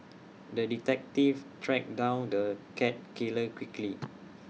the detective tracked down the cat killer quickly